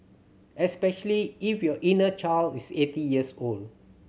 especially if your inner child is eight years old